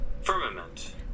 Firmament